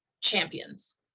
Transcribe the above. champions